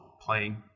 playing